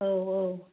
औ औ